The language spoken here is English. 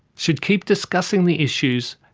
should keep discussing the issues,